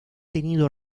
tenido